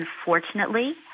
Unfortunately